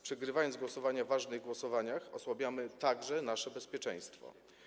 Przegrywając głosowania w ważnych sprawach, osłabiamy także nasze bezpieczeństwo.